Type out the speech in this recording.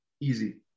easy